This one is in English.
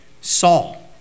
Saul